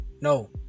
no